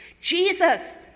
Jesus